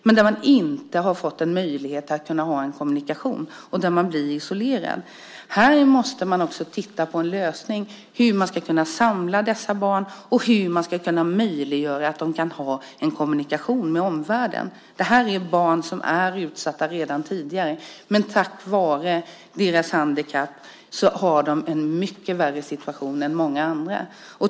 De har inte fått någon möjlighet till kommunikation, och de blir isolerade. Här måste man titta på en lösning för hur man ska kunna samla dessa barn och hur man ska kunna möjliggöra en kommunikation med omvärlden för dem. Det här är barn som är utsatta redan tidigare, men på grund av sitt handikapp har de en mycket värre situation än många andra.